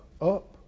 up